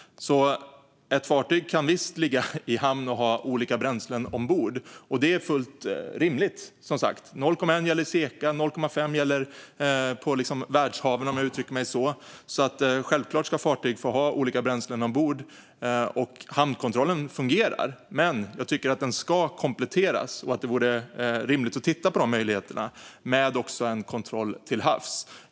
Ett fartyg kan visst ligga i hamn och ha olika bränslen ombord, och det är som sagt fullt rimligt. Inom SECA gäller 0,1 procent; på världshaven - om jag uttrycker mig så - gäller 0,5 procent. Självklart ska fartyg få ha olika bränslen ombord. Hamnkontrollen fungerar, men jag tycker att den ska kompletteras och att det vore rimligt att titta på möjligheterna med kontroll till havs.